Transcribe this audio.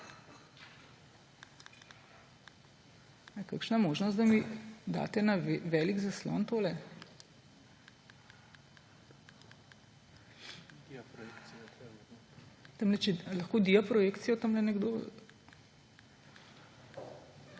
kakšna možnost, da mi date na velik zaslon tole? A lahko diaprojekcijo tamle nekdo